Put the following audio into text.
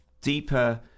deeper